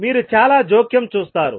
మీరు చాలా జోక్యం చూస్తారు